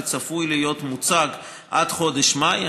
וצפוי להיות מוצג עד חודש מאי.